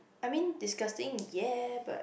I mean disgusting ya but